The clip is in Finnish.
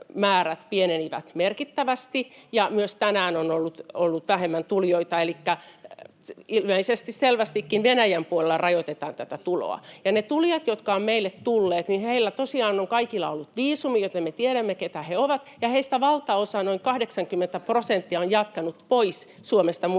pienenivät merkittävästi ja myös tänään on ollut vähemmän tulijoita, elikkä ilmeisesti selvästikin Venäjän puolella rajoitetaan tätä tuloa. Niillä tulijoilla, jotka ovat meille tulleet, on tosiaan kaikilla ollut viisumi, joten me tiedämme, keitä he ovat, ja heistä valtaosa, noin 80 prosenttia, on jatkanut pois Suomesta muihin